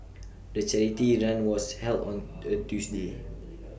the charity run was held on A Tuesday